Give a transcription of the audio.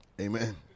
Amen